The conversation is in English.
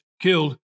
killed